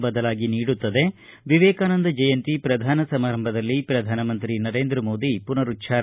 ಬದಲಾಗಿ ನೀಡುತ್ತದೆ ವಿವೇಕಾನಂದ ಜಯಂತಿ ಪ್ರಧಾನ ಸಮಾರಂಭದಲ್ಲಿ ಪ್ರಧಾನ ಮಂತ್ರಿ ನರೇಂದ್ರ ಮೋದಿ ಪುನರುಚ್ದಾರ